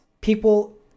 People